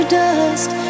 dust